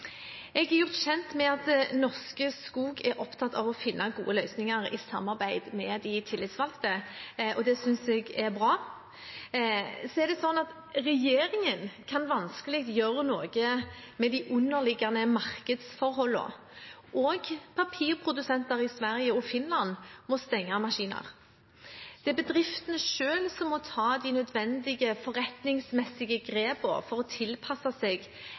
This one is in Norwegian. Jeg er gjort kjent med at Norske Skog er opptatt av å finne gode løsninger i samarbeid med de tillitsvalgte. Det synes jeg er bra. Regjeringen kan vanskelig gjøre noe med de underliggende markedsforholdene. Også papirprodusentene i Sverige og Finland må stenge maskiner. Det er bedriftene selv som må ta de nødvendige forretningsmessige grepene for å tilpasse seg